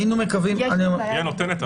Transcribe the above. היינו מקווים --- היא הנותנת,